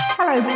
Hello